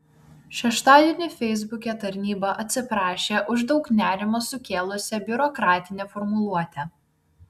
šeštadienį feisbuke tarnyba atsiprašė už daug nerimo sukėlusią biurokratinę formuluotę